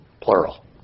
plural